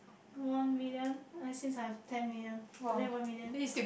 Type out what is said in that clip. one million since I have ten million donate one million